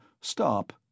stop